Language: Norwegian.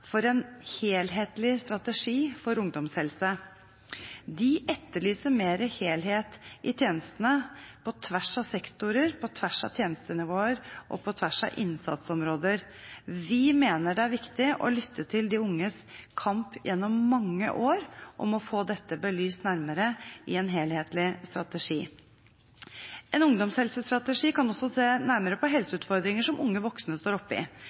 for en helhetlig strategi for ungdomshelse. De etterlyser mer helhet i tjenestene – på tvers av sektorer, på tvers av tjenestenivåer og på tvers av innsatsområder. Vi mener det er viktig å lytte til de unges kamp gjennom mange år for å få dette belyst nærmere i en helhetlig strategi. En ungdomshelsestrategi kan også se nærmere på helseutfordringer som unge voksne står